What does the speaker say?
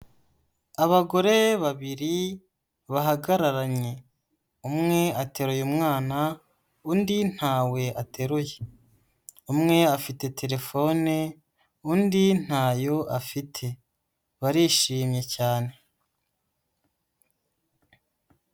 Abagore babiri bahagararanye, umwe ateruye mwana, undi ntawe ateruye, umwe afite terefone undi ntayo afite, barishimye cyane.